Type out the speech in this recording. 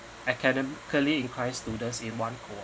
academically inclined students in one cohort